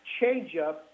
changeup